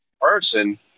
person